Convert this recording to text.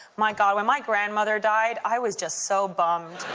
my god, when my grandmother died i was just so bummed.